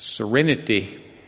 Serenity